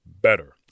better